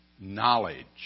knowledge